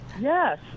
Yes